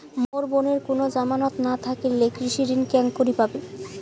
মোর বোনের কুনো জামানত না থাকিলে কৃষি ঋণ কেঙকরি পাবে?